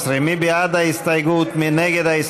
11 לא התקבלה, הסתייגות 12, נכון?